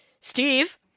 Steve